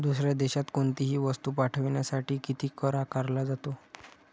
दुसऱ्या देशात कोणीतही वस्तू पाठविण्यासाठी किती कर आकारला जातो?